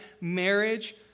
marriage